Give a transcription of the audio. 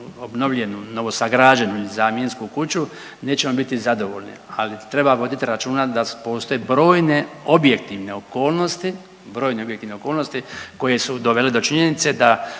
obnovljenu, novosagrađenu ili zamjensku kuću nećemo biti zadovoljni, ali treba voditi računa da postoje brojne objektivne okolnosti, brojne objektivne okolnosti koje su dovele do činjenice da